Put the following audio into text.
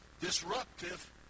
disruptive